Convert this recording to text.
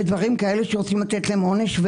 ועכשיו רוצים לתת להם עונש.